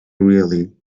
really